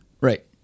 Right